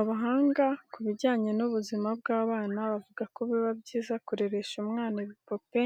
Abahanga ku bijyanye n'ubuzima bw'abana bavuga ko biba byiza kureresha umwana ibipupe